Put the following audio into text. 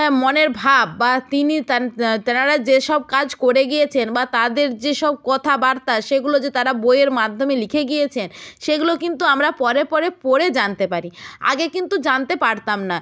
মনের ভাব বা তিনি তেনারা যেসব কাজ করে গিয়েছেন বা তাদের যেসব কথাবার্তা সেগুলো যে তারা বইয়ের মাধ্যমে লিখে গিয়েছেন সেগুলো কিন্তু আমরা পরে পরে পড়ে জানতে পারি আগে কিন্তু জানতে পারতাম না